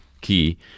key